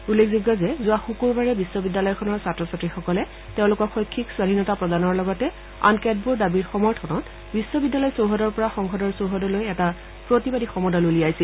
উল্লেখযোগ্য যে যোৱা শুকুৰবাৰে বিশ্ববিদ্যালয়খনৰ ছাত্ৰ ছাত্ৰীসকলে তেওঁলোকক শৈক্ষিক স্বাধীনতা প্ৰদানৰ লগতে আন কেতবোৰ দাবীৰ সমৰ্থনত বিশ্ববিদ্যালয় চৌহদৰ পৰা সংসদৰ চৌহদলৈ এক প্ৰতিবাদী সমদল উলিয়াইছিল